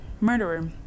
murderer